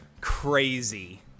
crazy